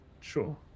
sure